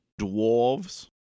dwarves